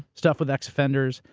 stuff with ex-offenders,